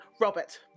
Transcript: Robert